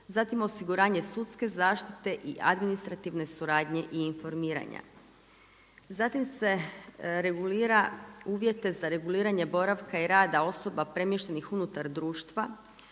zatim osiguranje sudske zaštite i administrativne suradnje i informiranja. Zatim se regulira uvjete za reguliranje boravka i rada osoba premještenih unutar društva,